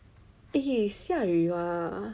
eh 下雨 ah